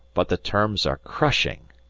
but the terms are crushing!